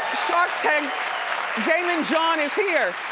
shark tank's daymond john is here.